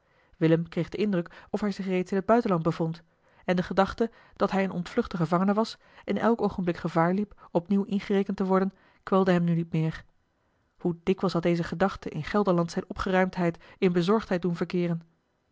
willem kreeg den indruk of hij zich reeds in het buitenland bevond en de gedachte dat hij een ontvluchte gevangene was en elk oogenblik gevaar liep opnieuw ingerekend te worden kwelde hem nu niet meer hoe dikwijls had deze gedachte in gelderland zijne opgeruimdheid in bezorgdheid doen verkeeren